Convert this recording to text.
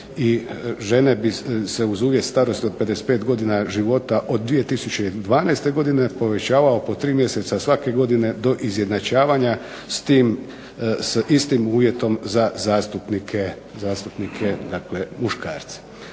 i žene bi se uz uvjet starosti od 55 godina života od 2012 godine povećavao po tri mjeseca svake godine do izjednačavanja s istim uvjetom za zastupnike muškarce.